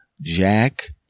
Jack